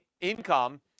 income